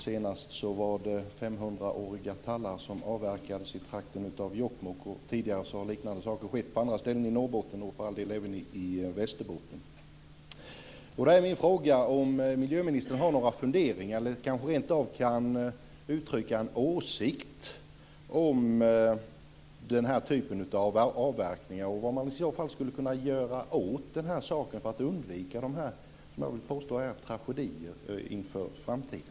Senast var det 500-åriga tallar som avverkades i trakten av Jokkmokk, och tidigare har liknande saker skett på andra ställen i Norrbotten och även i Västerbotten. Då är min fråga om miljöministern har några funderingar eller rentav kan uttrycka en åsikt om den här typen av avverkningar och vad man i så fall skulle kunna göra åt saken för att undvika sådana här tragedier inför framtiden.